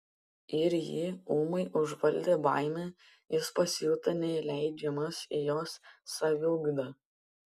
ir jį ūmai užvaldė baimė jis pasijuto neįleidžiamas į jos saviugdą